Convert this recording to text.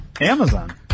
Amazon